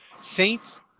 Saints